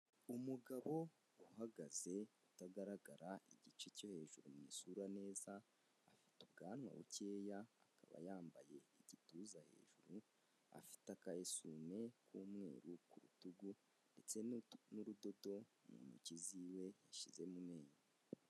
Umugabo uhagaze utagaragara igice cyo hejuru mu isura neza, afite ubwanwa bukeya, akaba yambaye igituza hejuru, afite aka esume k'umweru ku rutugu ndetse n'urudodo mu ntoki ziwe yashyize mu menyo.